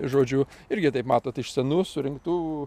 žodžiu irgi taip matot iš senų surinktų